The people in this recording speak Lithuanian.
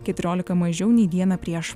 keturiolika mažiau nei dieną prieš